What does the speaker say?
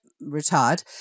retired